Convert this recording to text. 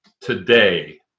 today